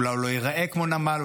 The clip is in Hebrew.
אולי הוא לא ייראה כמו נמל,